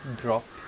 dropped